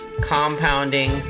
compounding